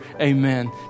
Amen